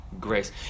grace